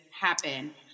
happen